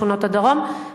בשכונות הדרום.